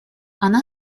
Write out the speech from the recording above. она